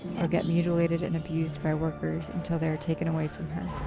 or get mutilated and abused by workers until they are taken away from her.